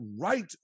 right